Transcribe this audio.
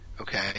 Okay